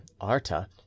Arta